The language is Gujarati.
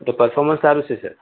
એટલે પર્ફોર્મન્સ સારું છે સર